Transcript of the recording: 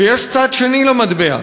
ויש צד שני למטבע: